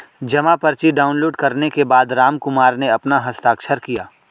जमा पर्ची डाउनलोड करने के बाद रामकुमार ने अपना हस्ताक्षर किया